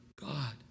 God